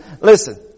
Listen